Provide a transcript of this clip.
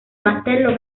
battello